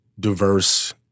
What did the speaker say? diverse